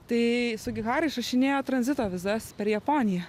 tai sugihara išrašinėjo tranzito vizas per japoniją